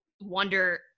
wonder